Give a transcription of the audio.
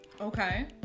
Okay